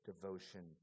devotion